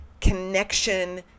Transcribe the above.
connection